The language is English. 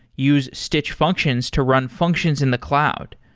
use stitch functions to run functions in the cloud.